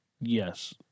yes